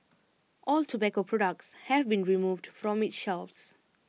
all tobacco products have been removed from its shelves